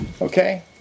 Okay